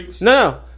No